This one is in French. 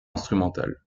instrumentale